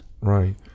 Right